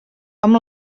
amb